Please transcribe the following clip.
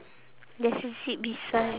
there's a zip beside